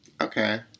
okay